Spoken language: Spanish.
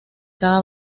cada